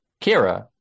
kira